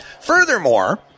Furthermore